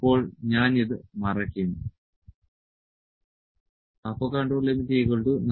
ഇപ്പോൾ ഞാൻ ഇത് മറയ്ക്കും